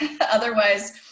otherwise